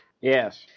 yes